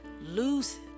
lose